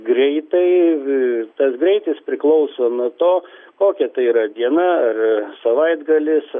greitai viršytas greitis priklauso nuo to kokia tai yra diena ar savaitgalis